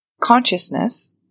consciousness